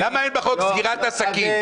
למה אין בחוק סגירת העסקים?